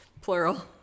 Plural